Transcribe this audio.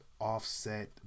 offset